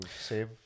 save